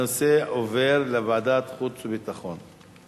הנושא עובר לוועדת החוץ והביטחון.